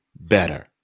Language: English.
better